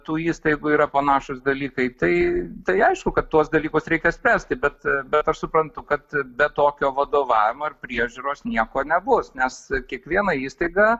tų įstaigų yra panašūs dalykai tai tai aišku kad tuos dalykus reikia spręsti bet bet aš suprantu kad be tokio vadovavimo ar priežiūros nieko nebus nes kiekviena įstaiga